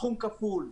סכום כפול,